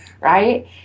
right